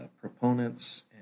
proponents